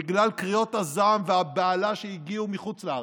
בגלל קריאות הזעם והבהלה שהגיעו מחוץ לארץ.